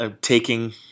taking